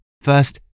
First